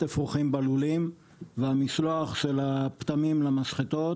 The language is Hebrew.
אפרוחים בלולים והמשלוח של הפטמים למשחטות,